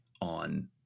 on